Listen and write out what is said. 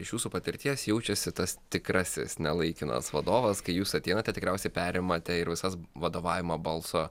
iš jūsų patirties jaučiasi tas tikrasis ne laikinas vadovas kai jūs ateinate tikriausiai perimate ir visas vadovavimo balso